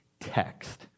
text